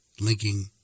Linking